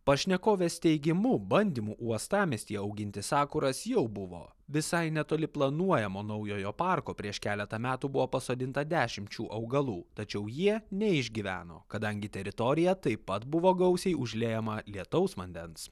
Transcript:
pašnekovės teigimu bandymų uostamiestyje auginti sakuras jau buvo visai netoli planuojamo naujojo parko prieš keletą metų buvo pasodinta dešimčių augalų tačiau jie neišgyveno kadangi teritorija taip pat buvo gausiai užliejamą lietaus vandens